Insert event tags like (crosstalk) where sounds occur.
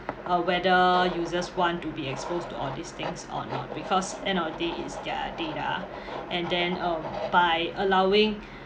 uh whether users want to be exposed to all these things or not because end of the day it's their data (breath) and then um by allowing (breath)